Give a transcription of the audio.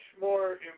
more